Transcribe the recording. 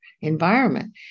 environment